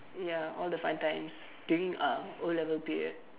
ya all the fun times during uh o-level period